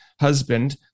husband